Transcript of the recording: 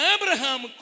Abraham